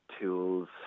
tools